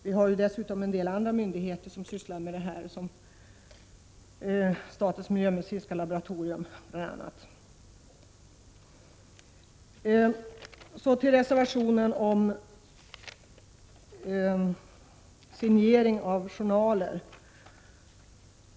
Vi har dessutom en del andra myndigheter som arbetar med detta, bl.a. statens miljömedicinska laboratorium. Signering av journaler tas upp i reservation 7.